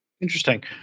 Interesting